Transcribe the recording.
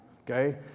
Okay